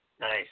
Nice